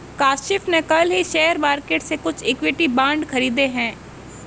काशिफ़ ने कल ही शेयर मार्केट से कुछ इक्विटी बांड खरीदे है